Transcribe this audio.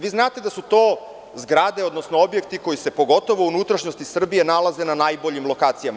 Vi znate da su to zgrade, odnosno objekti koji se, pogotovo, u unutrašnjosti Srbije nalaze na najboljim lokacijama.